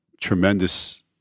tremendous